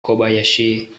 kobayashi